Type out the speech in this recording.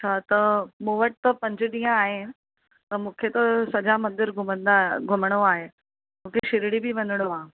अछा त मूं वटि त पंज ॾींहं आहिनि त मूंखे त सॼा मंदर घुमंदा घुमणो आहे मूंखे शिरडी बि वञिणो आहे